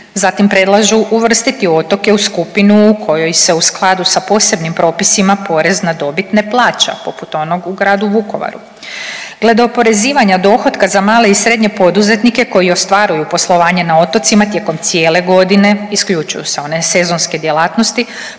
zatim predlažu uvrstiti otoke u skupinu u kojoj se u skladu sa posebnim propisima porez na dobit ne plaća poput onog u gradu Vukovaru. Glede oporezivanja dohotka za male i srednje poduzetnike koji ostvaruju poslovanje na otocima tijekom cijele godine isključuju se one sezonske djelatnosti,